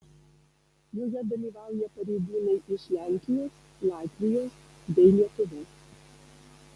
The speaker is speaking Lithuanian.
joje dalyvauja pareigūnai iš lenkijos latvijos bei lietuvos